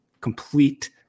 complete